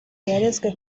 yarezwe